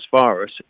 virus